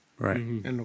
Right